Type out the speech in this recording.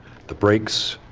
the brakes.